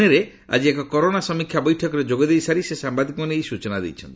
ପ୍ରଣେରେ ଆଜି ଏକ କରୋନା ସମୀକ୍ଷା ବୈଠକରେ ଯୋଗଦେଇ ସାରି ସେ ସାମ୍ଭାଦିକମାନଙ୍କୁ ଏହି ସଚନା ଦେଇଛନ୍ତି